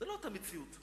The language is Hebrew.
זה לא אותה מציאות.